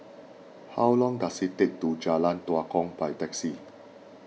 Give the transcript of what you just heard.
how long does it take to Jalan Tua Kong by taxi